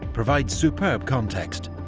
provides superb context,